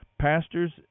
pastors